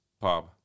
Pub